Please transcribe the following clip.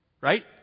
Right